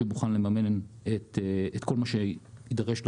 שמוכן לממן את כל מה שיידרש לצירוף,